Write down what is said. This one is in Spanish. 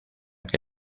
que